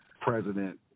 president